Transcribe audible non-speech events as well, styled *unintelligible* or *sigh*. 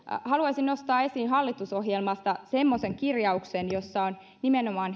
haluaisin nostaa esiin hallitusohjelmasta semmoisen kirjauksen jossa nimenomaan *unintelligible*